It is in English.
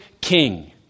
king